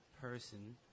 person